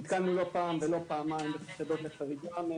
נתקלנו לא פעם ולא פעמיים בחריגה מהיתרים,